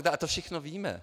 A to všechno víme.